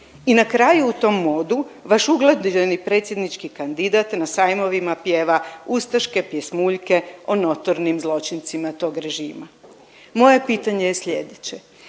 I na kraju u tom modu vaš ugledni predsjednički kandidat na sajmovima pjeva ustaške pjesmuljke o notornim zločincima tog režima. Moje je pitanje sljedeće,